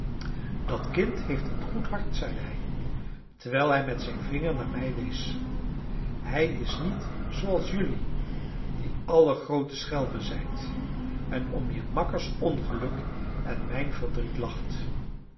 dat kind heeft een goed hart zeide hij terwijl hij met zijn vinger naar mij wees hij is niet zooals jelui die allen groote schelmen zijt en om je makkers ongeluk en mijn verdriet lacht